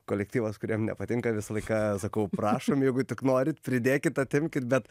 kolektyvas kuriem nepatinka visą laiką sakau prašom jeigu tik norit pridėkit atimkit bet